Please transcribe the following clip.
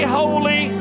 holy